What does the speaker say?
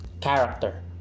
character